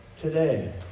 today